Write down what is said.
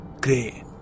Great